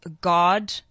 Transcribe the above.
God